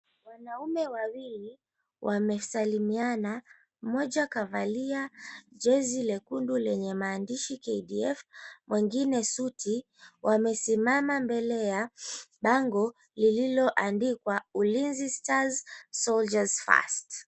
Wanaume wawili wamesalimiana, moja kavalia jezi lekundu lenye maandishi 'KDF', mwingine suti. Wamesimama mbele ya bango lililoandikwa,'ulinzi stars soldiers first'.